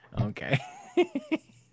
Okay